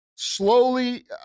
Slowly